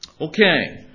Okay